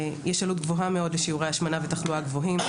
יש עלות גבוהה מאוד לשיעורי ההשמנה ותחלואה גבוהים,